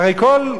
הרי כל,